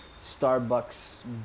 starbucks